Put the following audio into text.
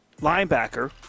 linebacker